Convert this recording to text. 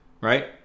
Right